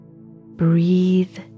breathe